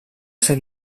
ser